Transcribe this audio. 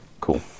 Cool